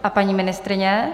A paní ministryně?